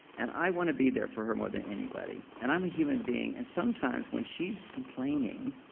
and i want to be there for her more than anybody and i'm a human being. and sometimes, when she's complaining,